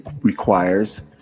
requires